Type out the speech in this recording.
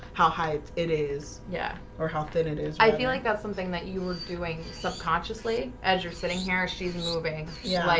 how high it it is. yeah, or how thin it is i feel like that's something that you was doing subconsciously as you're sitting here. she's moving yeah, like,